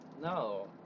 no